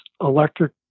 electric